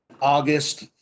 August